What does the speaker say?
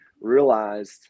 realized